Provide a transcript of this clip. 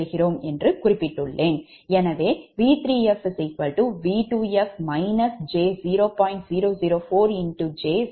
004 pu எனவே V3fV2f j0